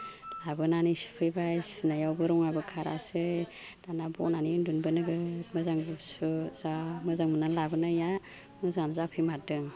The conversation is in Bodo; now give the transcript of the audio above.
लाबोनानै सुफैबाय सुनायावबो रङाबो खारासै दाना बनानै उन्दुनोबो नोगोद मोजां गुसु जा मोजां मोनना लाबोनाया मोजाङानो जाफैमारदों